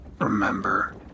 remember